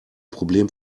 problem